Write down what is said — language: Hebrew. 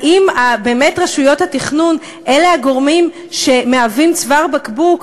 האם באמת רשויות התכנון הן הגורמים שמהווים צוואר בקבוק?